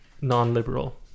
non-liberal